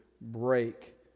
break